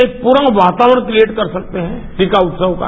एक पूरा वातावरण क्रियेट कर सकते हैं टीका उत्सव का